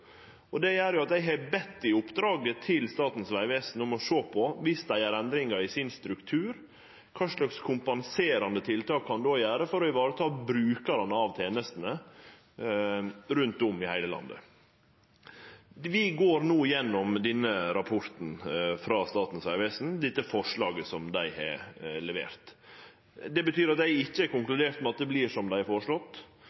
Det gjer at eg i oppdraget til Statens vegvesen – viss dei gjer endringar i strukturen – har bedt dei om å sjå på kva slags kompenserande tiltak som kan setjast i verk for å ta vare på brukarane av tenestene rundt om i heile landet. Vi går no igjennom denne rapporten frå Statens vegvesen – dette forslaget som dei har levert. Det betyr at eg ikkje